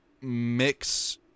mix